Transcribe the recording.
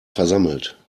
versammelt